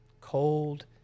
cold